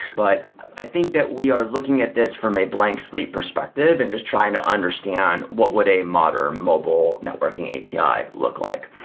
but i think that we are looking at this from a blank slate perspective and just trying to understand what would a modern mobile networking api look like.